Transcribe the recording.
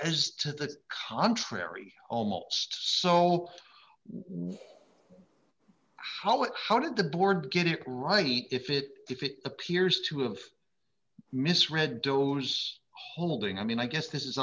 as to the contrary almost all how it how did the board get it right if it if it appears to have misread dollars holding i mean i guess this is